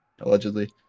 allegedly